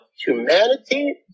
humanity